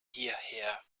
hierher